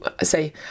say